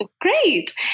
Great